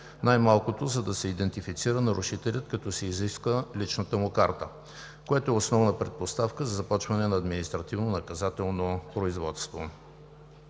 най-малкото, за да се идентифицира нарушителят, като се изиска личната му карта, което е основна предпоставка за започване на административнонаказателно производство.